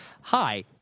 Hi